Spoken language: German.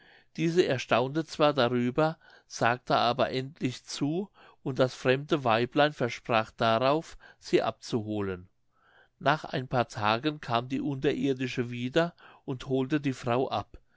diese erstaunte zwar darüber sagte aber endlich zu und das fremde weiblein versprach darauf sie abzuholen nach ein paar tagen kam die unterirdische wieder und holte die frau ab